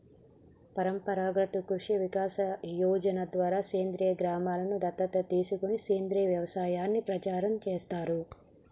పరంపరాగత్ కృషి వికాస్ యోజన ద్వారా సేంద్రీయ గ్రామలను దత్తత తీసుకొని సేంద్రీయ వ్యవసాయాన్ని ప్రచారం చేస్తారు